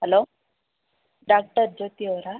hello doctor Jyoti ಅವರಾ